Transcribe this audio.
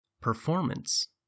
performance